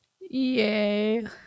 Yay